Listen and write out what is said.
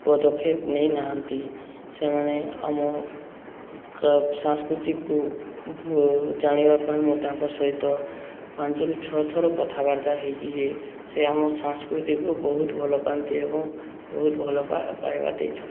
ପଦକ୍ଷେପ ନେଇନାହାନ୍ତି ସେମାନେ ଆମ ସଂସ୍କୃତିକୁ ଜାଣିବା ପାଇଁ ମୁଁ ତାଙ୍କ ସହିତ ପାଞ୍ଚରୁ ଛଅଥର କଥାବାର୍ତ୍ତା ହେଇଛି ସେ ଆମ ସଂସ୍କୃତିକୁ ବହୁତ ଭଲ ପାଆନ୍ତି ଏବଂ ବହୁତ ଭଲ ପାଇବା ଦେଇଛନ୍ତି